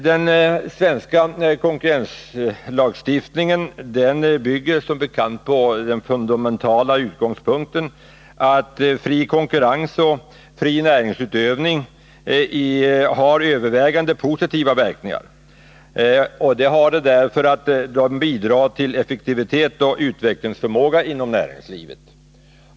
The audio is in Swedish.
Den svenska konkurrenslagstiftningen bygger som bekant på den fundamentala utgångspunkten att fri konkurrens och fri näringsutövning har övervägande positiva verkningar, eftersom de bidrar till effektivitet och utvecklingsförmåga inom näringslivet.